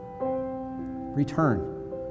return